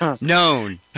known